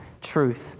truth